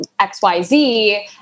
XYZ